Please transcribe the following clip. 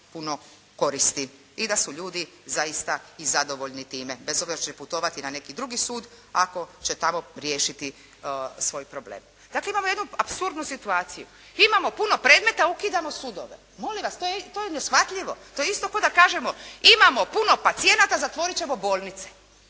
puno koristi. I da su ljudi zaista i zadovoljni time bez obzira što će putovati na neki drugi sud, ako će tamo riješiti svoj problem. Dakle, imamo jednu apsurdnu situaciju. Imamo puno predmeta, a ukidamo sudove. Molim vas, to je neshvatljivo. To je isto kao da kažemo imamo puno pacijenata, zatvorit ćemo bolnice.